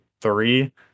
three